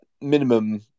minimum